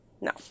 No